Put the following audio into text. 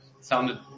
sounded